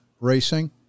racing